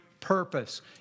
purpose